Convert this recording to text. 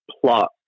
Plot